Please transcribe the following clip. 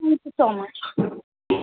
thank you so much